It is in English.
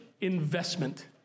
investment